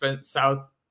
South